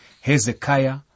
Hezekiah